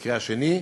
למקרה השני,